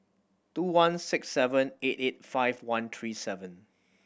two one six seven eight eight five one three seven